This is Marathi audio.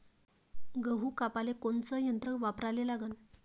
गहू कापाले कोनचं यंत्र वापराले लागन?